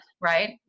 right